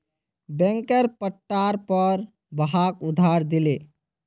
बैंकेर पट्टार पर वहाक उधार दिले